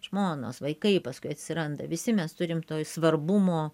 žmonos vaikai paskui atsiranda visi mes turim toj svarbumo